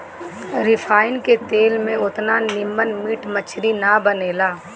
refine के तेल में ओतना निमन मीट मछरी ना बनेला